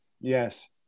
Yes